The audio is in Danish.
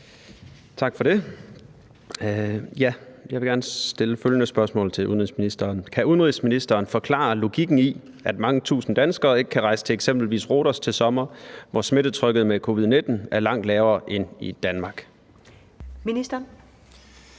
Til udenrigsministeren af: Christoffer Aagaard Melson (V): Kan udenrigsministeren forklare logikken i, at mange tusinde danskere ikke kan rejse til eksempelvis Rhodos til sommer, hvor smittetrykket med covid-19 er langt lavere end i Danmark? Første